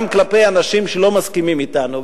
גם כלפי אנשים שלא מסכימים אתנו,